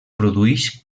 produïx